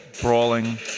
brawling